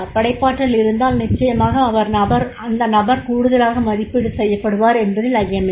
படைப்பாற்றல் இருந்தால் நிச்சயமாக அந்நபர் கூடுதலாக மதிப்பீடு செய்யப்படுவார் என்பதில் ஐயமில்லை